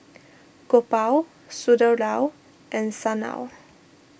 Gopal Sunderlal and Sanal